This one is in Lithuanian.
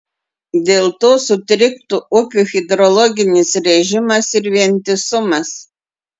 dėl to sutriktų upių hidrologinis režimas ir vientisumas